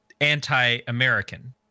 anti-American